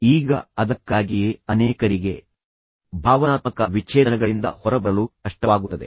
ಈಗ ಅದಕ್ಕಾಗಿಯೇ ಅನೇಕರಿಗೆ ಭಾವನಾತ್ಮಕ ವಿಚ್ಛೇದನಗಳಿಂದ ಹೊರಬರಲು ಕಷ್ಟವಾಗುತ್ತದೆ